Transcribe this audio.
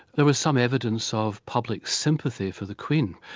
there was some evidence of public sympathy for the queen.